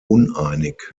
uneinig